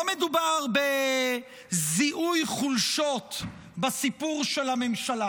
לא מדובר בזיהוי חולשות בסיפור של הממשלה